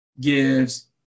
gives